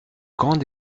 grande